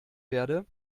werde